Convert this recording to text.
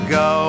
go